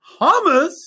hummus